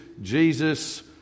Jesus